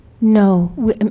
no